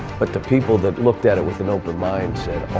but the people that looked at it with an open mind said.